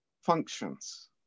functions